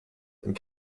and